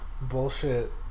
bullshit